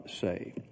say